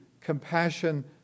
compassion